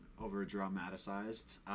over-dramatized